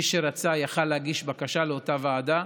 מי שרצה יכול היה להגיש בקשה לאותה ועדה,